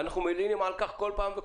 ואנחנו מלינים על כך כל פעם.